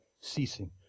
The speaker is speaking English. ceasing